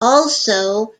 also